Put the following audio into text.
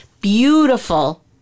beautiful